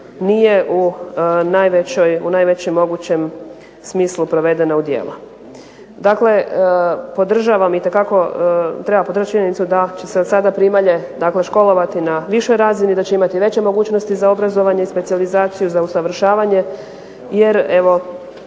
nije u najvećem mogućem smislu provedena u djelo. Dakle, podržavam itekako treba podržati činjenicu da će se od sada primalje dakle školovati na višoj razini, da će imati veće mogućnosti za obrazovanje i specijalizaciju, za usavršavanje jer evo